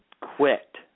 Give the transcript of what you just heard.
quit